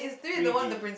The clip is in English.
three-D